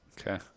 Okay